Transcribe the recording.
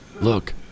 look